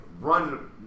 run